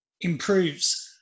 improves